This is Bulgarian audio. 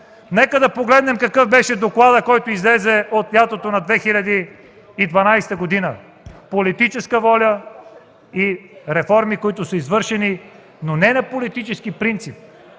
Нека да погледнем какъв беше докладът, който излезе лятото на 2012 г. – политическа воля и реформи, които са извършени, но не на политически принцип,